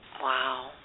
Wow